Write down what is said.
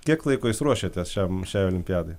kiek laiko jūs ruošiatės šiam šiai olimpiadai